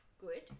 good